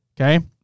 Okay